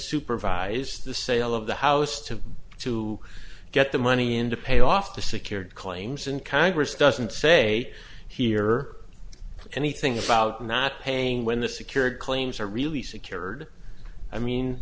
supervise the sale of the house to to get the money and to pay off the secured claims in congress doesn't say here or anything about not paying when the secured claims are really secured i mean